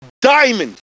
diamond